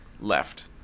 left